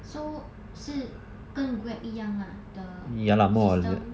so 是跟 Grab 一样啦 the system